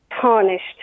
tarnished